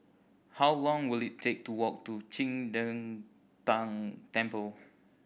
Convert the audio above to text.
how long will it take to walk to Qing De Tang Temple